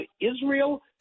israel